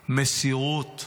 מסירות,